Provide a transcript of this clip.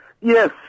Yes